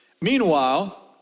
Meanwhile